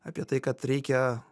apie tai kad reikia